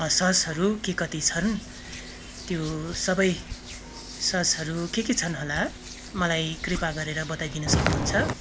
ससहरू के कति छन् त्यो सबै ससहरू के के छन् होला मलाई कृपा गरेर बताइदिनु सक्नुहुन्छ